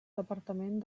departament